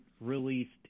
released